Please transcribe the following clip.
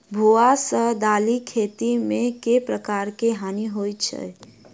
भुआ सँ दालि खेती मे केँ प्रकार केँ हानि होइ अछि?